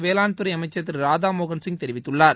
வேளாண்துறை அமைச்சர் திரு ராதாமோகன்சிய் தெரிவித்துள்ளார்